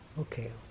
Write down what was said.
Okay